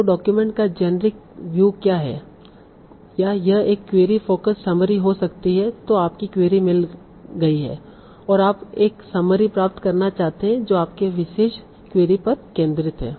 तो डॉक्यूमेंट का generic view क्या है या यह एक क्वेरी फ़ोकस समरी हो सकती है तों आपको क्वेरी मिल गयी है और आप एक समरी प्राप्त करना चाहते हैं जो आपके विशेष क्वेरी पर केंद्रित है